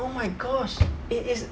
oh my gosh it is